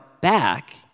back